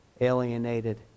alienated